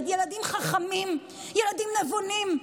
אלה ילדים חכמים, ילדים נבונים,